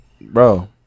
Bro